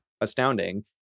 astounding